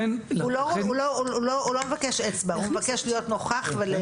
שיקולים שהוועדה תיאלץ לבחון או חוות דעת שהיא תצטרך להסתמך עליה.